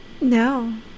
No